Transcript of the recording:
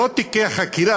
לא תיקי החקירה.